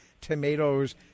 tomatoes